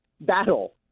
battle